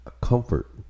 Comfort